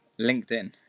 LinkedIn